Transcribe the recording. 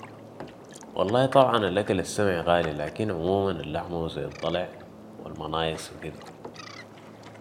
والله طبعاً الاكل السمح غالي لكن عموماً اللحمة و ذي الضلع و المنايص و كدة